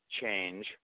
change